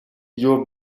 your